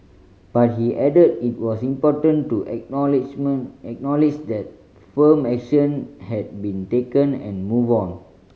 but he added it was important to acknowledge that firm action had been taken and move on